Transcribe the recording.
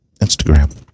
Instagram